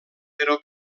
però